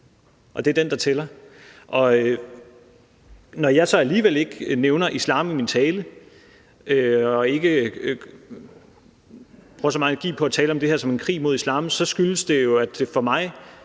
og det er den, der tæller. Når jeg så alligevel ikke nævner islam i min tale og ikke bruger så meget energi på at tale om det her som en krig mod islam, skyldes det jo, at for mig